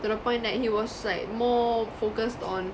to the point that he was like more focused on